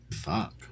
Fuck